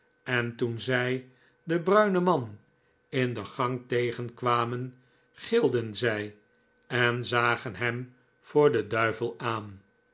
en toen zij den bruinen man in de gang tegenkwamen gilden zij en zagen hem voor den duivel aan